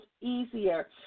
easier